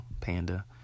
Panda